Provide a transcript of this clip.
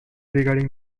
regarding